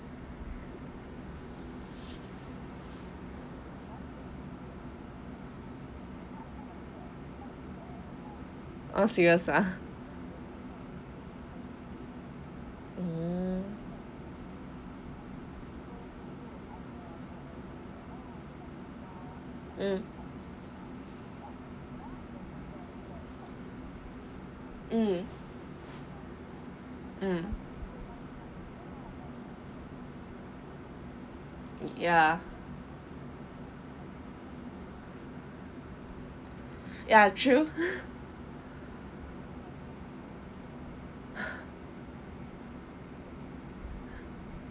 oh serious ah mm mm mm mm ya ya true